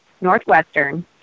Northwestern